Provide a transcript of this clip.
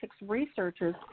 researchers